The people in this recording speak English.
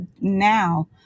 now